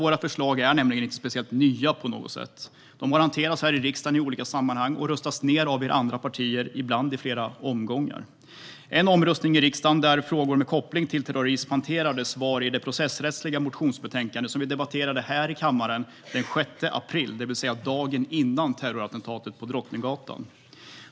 Våra förslag är nämligen inte speciellt nya på något sätt. De har hanterats här i riksdagen i olika sammanhang och röstats ned av de andra partierna, ibland i flera omgångar. En omröstning i riksdagen där frågor med koppling till terrorism hanterades var i det processrättsliga motionsbetänkandet som vi debatterade här i kammaren den 6 april, det vill säga dagen före terrorattentatet på Drottninggatan.